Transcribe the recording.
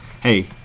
hey